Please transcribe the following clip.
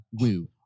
Woo